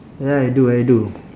ya I do I do